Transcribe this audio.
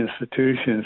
institutions